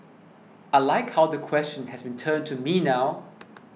I like how the question has been turned to me now